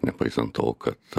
nepaisant to kad